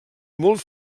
molt